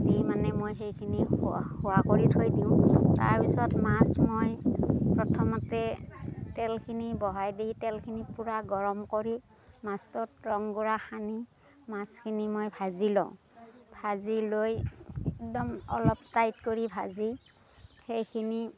দি মানে মই সেইখিনি হোৱা হোৱা কৰি থৈ দিওঁ তাৰপিছত মাছ মই প্ৰথমতে তেলখিনি বহাই দি তেলখিনি পুৰা গৰম কৰি মাছটোত ৰং গুড়া সানি মাছখিনি মই ভাজি লওঁ ভাজি লৈ একদম অলপ টাইট কৰি ভাজি সেইখিনি